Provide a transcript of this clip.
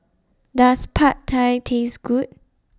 Does Pad Thai Taste Good